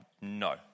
no